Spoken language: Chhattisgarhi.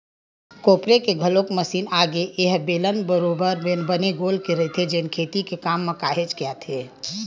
कोपरे के घलोक मसीन आगे ए ह बेलन बरोबर बने गोल के रहिथे जेन खेती के काम म काहेच के आथे